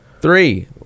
Three